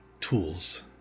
tools